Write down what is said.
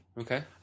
Okay